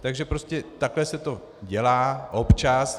Takže prostě takhle se to dělá občas.